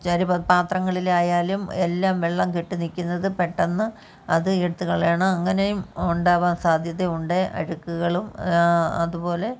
ചരുവം പാത്രങ്ങളിലായാലും എല്ലാം വെള്ളം കെട്ടി നിൽക്കുന്നത് പെട്ടെന്ന് അത് എടുത്തു കളയണം അങ്ങനെയും ഉണ്ടാകാൻ സാദ്ധ്യത ഉണ്ട് അഴുക്കുകളും അതു പോലെ